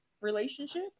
relationship